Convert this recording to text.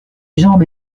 jambes